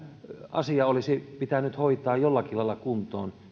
asia olisi pitänyt hoitaa jollakin lailla kuntoon